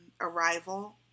Arrival